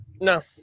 No